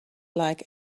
like